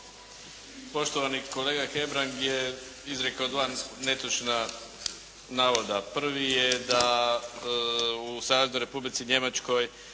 Poštovani kolega Hebrang je izrekao dva netočna navoda. Prvi je da u Saveznoj Republici Njemačkoj